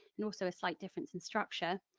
and also a slight difference in structure.